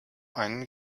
einen